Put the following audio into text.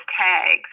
tags